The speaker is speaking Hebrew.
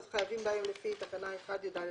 חייבים בהם לפי תקנה 1יא(ו).